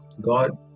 God